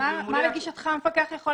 זה נמשך כבר